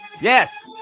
Yes